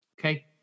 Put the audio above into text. okay